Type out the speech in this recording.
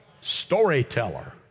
storyteller